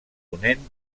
ponent